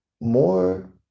more